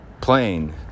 plane